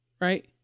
right